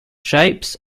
shapes